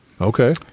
Okay